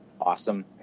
Awesome